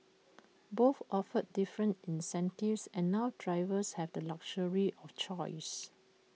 both offer different incentives and now drivers have the luxury of choice